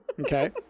Okay